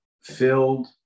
filled